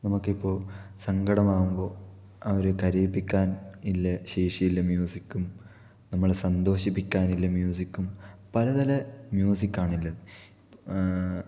നമുക്ക് ഇപ്പോൾ സങ്കടമാകുമ്പോൾ അവരെ കരയിപ്പിക്കാന് ഇല്ല ശേഷിയുള്ള മ്യൂസിക്കും നമ്മളെ സന്തോഷിപ്പിക്കാനുള്ള മ്യൂസിക്കും പലതര മ്യൂസിക്കാണുള്ളത്